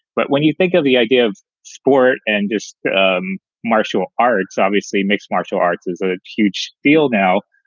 but when you think of the idea of sport and just um martial arts, obviously mixed martial arts is a huge field now.